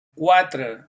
quatre